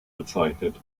bezeichnet